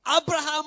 Abraham